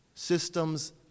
Systems